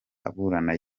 aburana